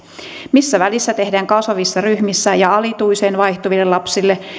missä välissä tehdään kasvavissa ryhmissä ja alituiseen vaihtuville lapsille